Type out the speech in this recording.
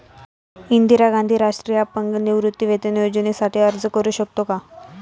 इंदिरा गांधी राष्ट्रीय अपंग निवृत्तीवेतन योजनेसाठी अर्ज करू शकतो का?